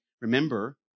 remember